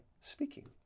speaking